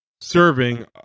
serving